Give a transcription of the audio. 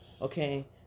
Okay